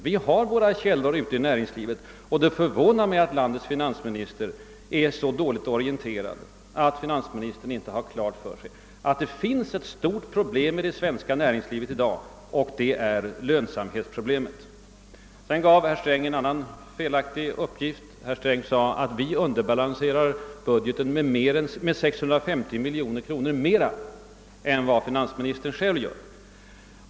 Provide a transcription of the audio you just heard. Vi har våra källor inom näringslivet, och det förvånar mig att landets finansminister är så dåligt orienterad, att han inte har klart för sig att det finns ett bekymmersamt problem i det svenska näringslivet i dag, nämligen lönsamhetsproblemet. Finansministern lämnade en felaktig uppgift. Han påstod att högerpartiet underbalanserar budgeten med 650 miljoner kronor mer än vad finansministern själv gör.